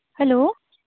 hello